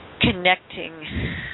connecting